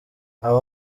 aho